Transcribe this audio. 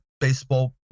baseball